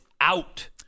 out